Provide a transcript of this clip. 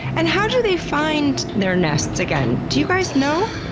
and how do they find their nests again? do you guys know?